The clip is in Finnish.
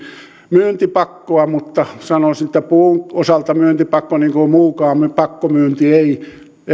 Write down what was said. myyntipakkoa mutta sanoisin että puun osalta myyntipakko ei sovi niin kuin ei muukaan pakkomyynti